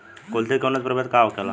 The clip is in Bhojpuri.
कुलथी के उन्नत प्रभेद का होखेला?